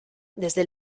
desde